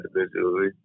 individually